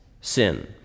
sin